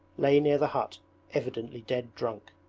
lay near the hut evidently dead drunk,